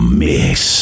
miss